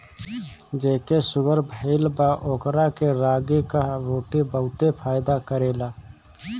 जेके शुगर भईल बा ओकरा के रागी कअ रोटी बहुते फायदा करेला